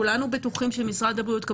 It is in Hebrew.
כולנו בטוחים שמשרד הבריאות,